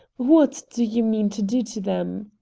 what do you mean to do to them?